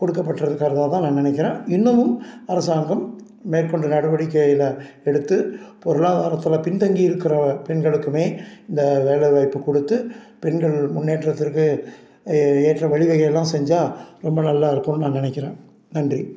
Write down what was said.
கொடுக்கப்பட்டிருக்குறதாதான் நான் நினைக்கிறேன் இன்னுமும் அரசாங்கம் மேற்கொண்டு நடவடிக்கைளை எடுத்து பொருளாதாரத்தில் பின்தங்கி இருக்கிற பெண்களுக்குமே இந்த வேலை வாய்ப்பு கொடுத்து பெண்கள் முன்னேற்றத்திற்கு ஏற்ற வழி வகைகளெலாம் செஞ்சால் ரொம்ப நல்லாயிருக்குன்னு நான் நினைக்கிறேன் நன்றி